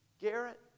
Garrett